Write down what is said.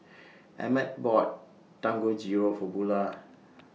Emett bought Dangojiru For Bulah